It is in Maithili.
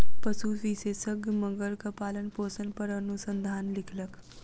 पशु विशेषज्ञ मगरक पालनपोषण पर अनुसंधान लिखलक